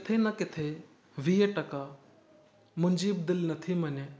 किथे न किथे वीह टका मुंहिंजी बि दिलि नथी मञे